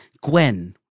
Gwen